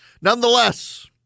Nonetheless